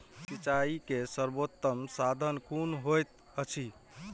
सिंचाई के सर्वोत्तम साधन कुन होएत अछि?